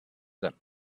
them